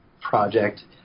project